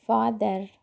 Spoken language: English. father